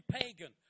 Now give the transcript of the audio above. pagan